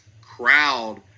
crowd